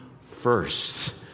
first